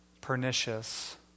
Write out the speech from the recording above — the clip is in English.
pernicious